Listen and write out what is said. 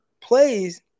plays